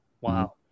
Wow